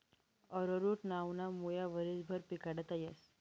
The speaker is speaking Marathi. अरोरुट नावना मुया वरीसभर पिकाडता येस